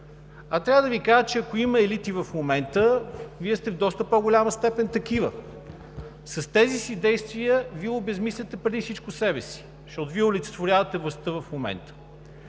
Трябва да Ви кажа, че ако има елити в момента, Вие сте в доста по-голяма степен такива. С тези си действия Вие обезсмисляте преди всичко себе си, защото олицетворявате властта в момента.